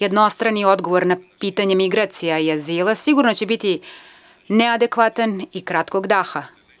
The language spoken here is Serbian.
Jednostrani odgovor na pitanje migracija i azila sigurno će biti neadekvatan i kratkog daha.